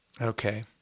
Okay